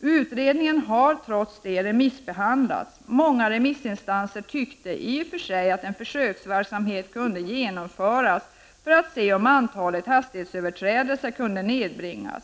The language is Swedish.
Utredningen har trots det remissbehandlats. Många remissinstanser tyckte i och för sig att en försöksverksamhet kunde genomföras för att man skulle få se om antalet hastighetsöverträdelser kunde nedbringas.